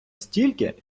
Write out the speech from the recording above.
стільки